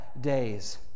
days